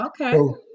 Okay